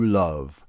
love